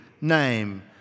name